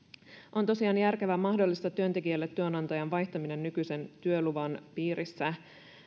on tosiaan järkevää mahdollistaa työntekijälle työnantajan vaihtaminen nykyisen työluvan piirissä